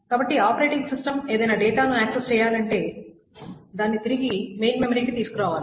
కాబట్టి operating system ఏదైనా data ను యాక్సెస్ చెయ్యాలంటే దాన్ని తిరిగి మెయిన్ మెమరీకి తీసుకురావాలి